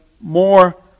more